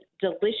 delicious